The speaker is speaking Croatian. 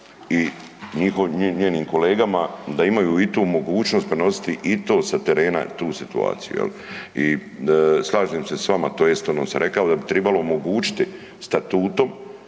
i njenim kolegama da imaju i tu mogućnost prenositi i to sa terena i tu situaciju, jel. I slažem se s vama, tj. uvodno sam rekao da bi trebalo omogućiti statutom